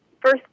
first